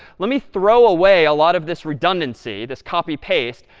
let me throw away a lot of this redundancy, this copy paste.